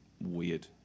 weird